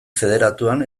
federatuan